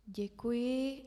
Děkuji.